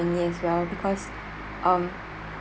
friendly as well because um